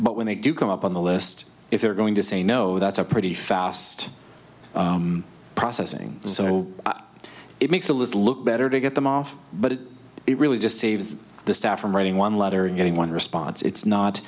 but when they do come up on the list if they're going to say no that's a pretty fast processing so it makes the list look better to get them off but it really just saves the staff from writing one letter and getting one response it's